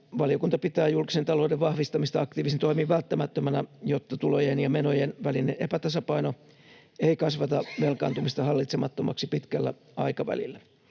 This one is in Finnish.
valiokunta pitää julkisen talouden vahvistamista aktiivisin toimin välttämättömänä, jotta tulojen ja menojen välinen epätasapaino ei kasvata velkaantumista hallitsemattomaksi pitkällä aikavälillä.